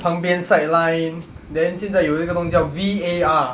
旁边 sideline then 现在有一个东西叫 V_A_R